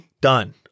Done